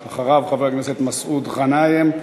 אחריו, חבר הכנסת מסעוד גנאים.